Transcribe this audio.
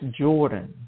Jordan